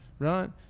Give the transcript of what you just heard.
Right